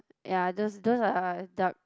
ya those those are dark